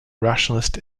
rationalist